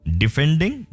defending